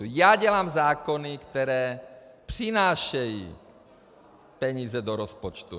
Já dělám zákony, které přinášejí peníze do rozpočtu.